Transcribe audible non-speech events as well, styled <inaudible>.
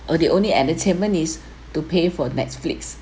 uh the only entertainment is <breath> to pay for Netflix